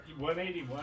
181